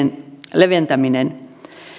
leventäminen